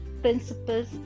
principles